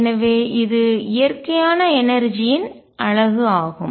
எனவே இது இயற்கையான எனர்ஜிஆற்றல்யின் அலகு ஆகும்